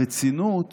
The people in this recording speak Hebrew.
הרצינות